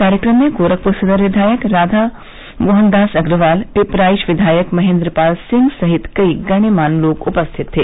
कार्यक्रम में गोरखप्र सदर विधायक राधामोहन दास अग्रवाल पिपराइच विधायक महेंद्र पाल सिंह सहित कई गणमान्य लोग उपस्थित थे